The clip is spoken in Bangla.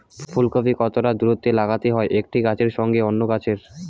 ফুলকপি কতটা দূরত্বে লাগাতে হয় একটি গাছের সঙ্গে অন্য গাছের?